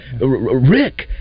Rick